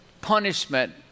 punishment